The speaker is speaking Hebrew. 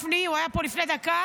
הוזכרה כאן הסיעה כמה וכמה פעמים,